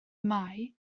mae